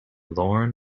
lorne